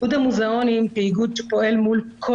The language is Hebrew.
איגוד המוזיאונים כאיגוד שפועל מול כל